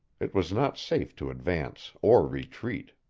it was not safe to advance or retreat.